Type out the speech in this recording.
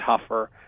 tougher